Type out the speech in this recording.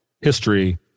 history